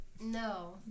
No